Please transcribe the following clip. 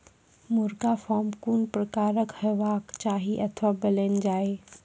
मुर्गा फार्म कून प्रकारक हेवाक चाही अथवा बनेल जाये?